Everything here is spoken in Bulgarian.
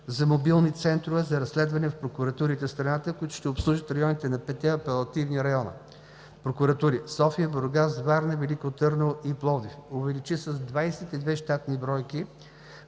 за мобилни центрове за разследване в прокуратурите в страната, които ще обслужват районите на петте апелативни района – прокуратури в София, Бургас, Варна, Велико Търново и Пловдив; - увеличи с 22 щатни бройки